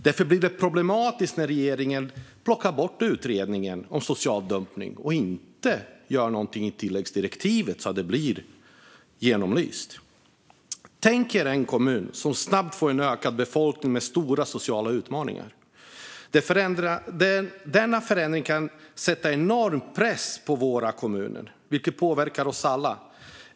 Därför blir det problematiskt när regeringen lägger ned utredningen om social dumpning och inte gör någonting med tilläggsdirektivet så att detta blir genomlyst. Tänk er en kommun som snabbt får en ökad befolkning med stora sociala utmaningar. Denna förändring kan sätta enorm press på våra kommuner, vilket påverkar oss alla.